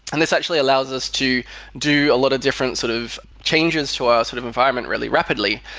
and this actually allows us to do a lot of different sort of changes to our sort of environment really rapidly.